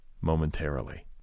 momentarily